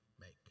make